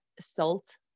Salt